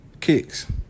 kicks